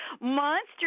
monster